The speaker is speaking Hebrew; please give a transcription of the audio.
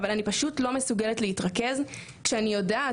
אבל אני פשוט לא מסוגלת להתרכז כשאני יודעת